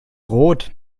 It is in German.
rot